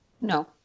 No